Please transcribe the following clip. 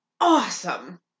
awesome